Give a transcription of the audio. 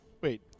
Wait